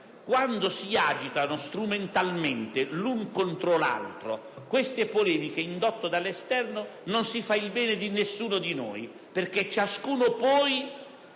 quando si agitano strumentalmente l'uno contro l'altro le polemiche indotte dall'esterno, non si fa il bene di nessuno di noi, perché ciascuno poi